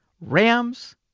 Rams